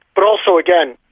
but also, again,